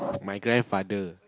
my grandfather